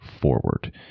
forward